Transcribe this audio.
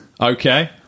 Okay